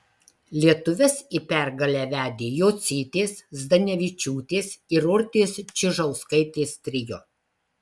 lietuves į pergalę vedė jocytės zdanevičiūtės ir urtės čižauskaitės trio